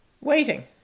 waiting